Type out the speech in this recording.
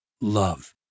love